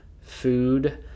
food